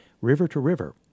river-to-river